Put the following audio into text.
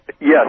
Yes